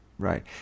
Right